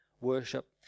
worship